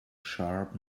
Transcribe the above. sharp